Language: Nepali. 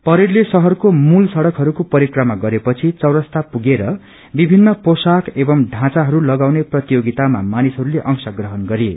परेडले शहरको मूल सड़कहरूको परिक्रमा गरेपछि चौरास्तामा पुगेर विभिन्न पोशाक अनि ढाँचाहरू तगाउने प्रतियोगितामा अंश प्रहण गरे